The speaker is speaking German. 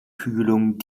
kühlung